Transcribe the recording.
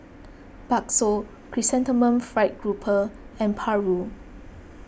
Bakso Chrysanthemum Fried Grouper and Paru